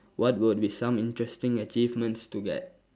what would be some interesting achievements to get